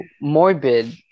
morbid